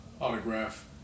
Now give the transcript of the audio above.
Autograph